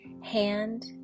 hand